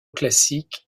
classique